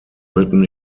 written